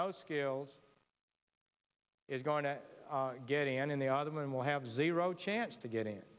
no skills is going to get an in the autumn and will have zero chance to get in